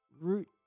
root